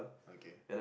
okay